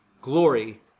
Glory